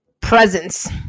presence